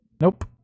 nope